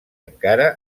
encara